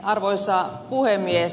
arvoisa puhemies